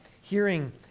hearing